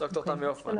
שלום,